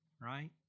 right